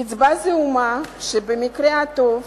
קצבה זעומה שבמקרה הטוב